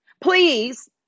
please